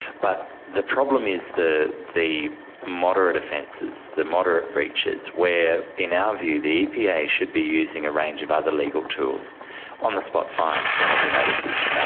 but the problem is the the moderate offences, the moderate breaches, where in our view the epa should be using a range of other legal tools on-the-spot fines, penalty notices,